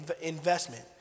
investment